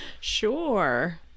sure